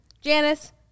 Janice